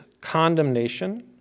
condemnation